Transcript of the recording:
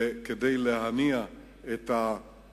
קודם כול כדי להניע ולסייע,